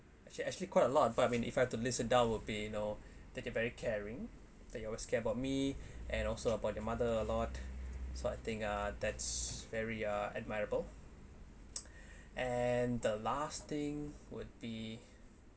actually actually quite a lot but if in I have to list them down would be you know that you very caring that you always care about me and also about your mother a lot so I think ah that's very uh admirable and the last thing would be